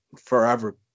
forever